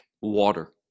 water